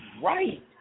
right